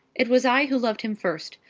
it was i who loved him first,